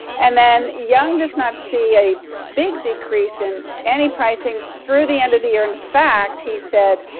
and then young does not see a big decrease in any pricing, through the end of the year, in fact, he said,